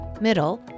middle